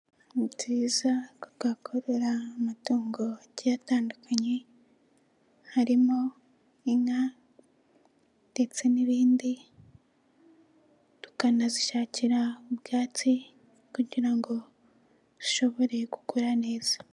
Ni byiza ko twakorora amatongo agiye atandukanye, harimo inka ndetse n'ibindi, tukanazishakira ubwatsi kugira ngo zishobore gukura neza.